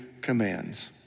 commands